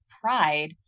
pride